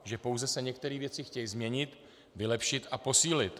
Že pouze se některé věci chtějí změnit, vylepšit a posílit.